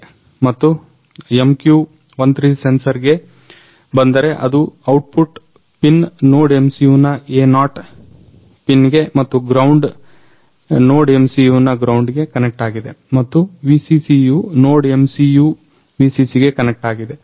ಮತ್ತು MQ13 ಸೆನ್ಸರ್ಗೆ ಬಂದರೆ ಅದರ ಔಟ್ಪುಟ್ ಪಿನ್ NodeMCU ನ A0 ಪಿನ್ಗೆ ಮತ್ತು ಗ್ರೌಂಡ್ NodeMCU ನ ಗ್ರೌಂಡ್ಗೆ ಕನೆಕ್ಟ್ ಆಗಿದೆ ಮತ್ತು VCCಯು NodeMCU VCCಗೆ ಕನೆಕ್ಟ್ ಆಗಿದೆ